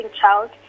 child